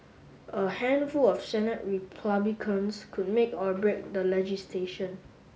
a handful of Senate Republicans could make or break the legislation